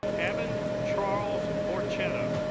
evan charles borchetta